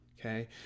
Okay